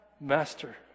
master